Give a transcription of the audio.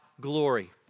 glory